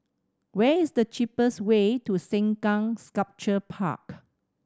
where is the cheapest way to Sengkang Sculpture Park